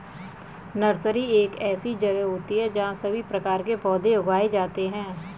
nursery एक ऐसी जगह होती है जहां सभी प्रकार के पौधे उगाए जाते हैं